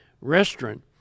restaurant